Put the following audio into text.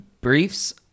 Briefs